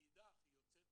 מאידך היא יוצאת